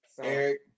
Eric